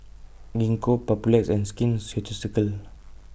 Gingko Papulex and Skin Ceuticals